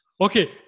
Okay